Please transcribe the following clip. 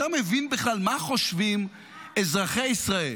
אתה מבין בכלל מה חושבים אזרחי ישראל